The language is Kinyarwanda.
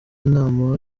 inama